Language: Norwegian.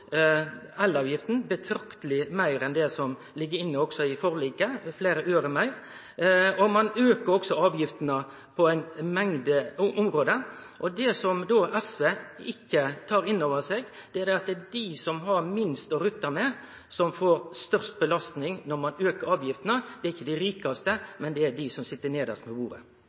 elavgifta betrakteleg meir enn det som også ligg inne i forliket – med fleire øre meir. Ein aukar også avgiftene på ei mengd område. Det som SV då ikkje tar innover seg, er at det er det er dei som har minst å rutte med, som får størst belastning når ein aukar avgiftene – det er ikkje dei rikaste, det er dei som sit